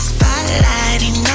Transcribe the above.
Spotlighting